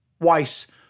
Weiss